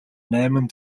найман